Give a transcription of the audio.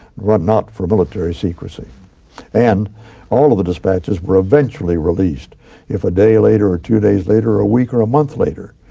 but not for military secrecy and all of the dispatches were eventually released if a day later, or two days later or a week later or a month later.